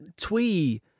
twee